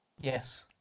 Yes